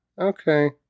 okay